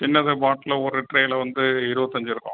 சின்னது பாட்லு ஒரு ட்ரேயில் வந்து இருபத்தஞ்சு இருக்கும்